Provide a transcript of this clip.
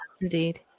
Indeed